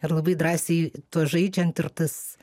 ir labai drąsiai tuo žaidžiant ir tas